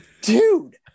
dude